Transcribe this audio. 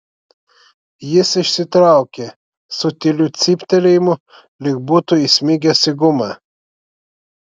jis išsitraukė su tyliu cyptelėjimu lyg būtų įsmigęs į gumą